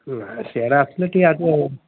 ହଁ ସିଆଡ଼େ ଆସିଲ